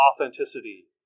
authenticity